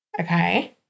Okay